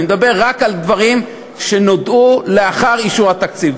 אני מדבר רק על דברים שנודעו לאחר אישור התקציב.